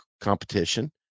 competition